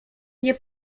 nie